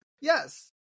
yes